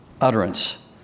utterance